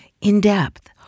In-depth